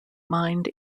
mined